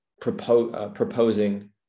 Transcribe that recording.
proposing